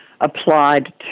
applied